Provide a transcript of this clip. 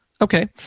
Okay